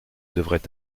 devrait